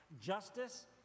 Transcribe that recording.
justice